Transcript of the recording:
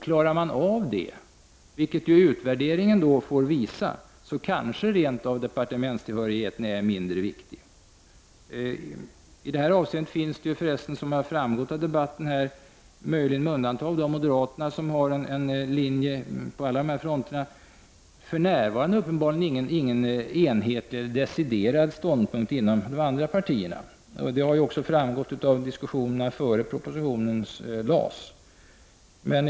Klarar man av det — vilket utvärderingen får utvisa — är kanske departementstillhörigheten rent av mindre viktig. I det här avseendet finns det för närvarande, som framgår av debatten — möjligen med undantag av moderaterna, som följer en konsekvent egen linje — uppenbarligen inga enhetliga deciderade ståndpunkter inom övriga partier. Detta har också framgått av de diskussioner som fördes innan propositionen lades fram.